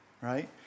right